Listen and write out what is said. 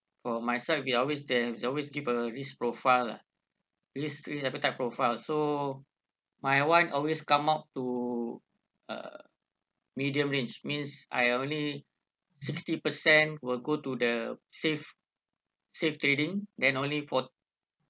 oh my side we always they have always give a risk profile lah risk appetite profile so my one always come out to uh medium range means I only sixty percent will go to the safe safe trading then only four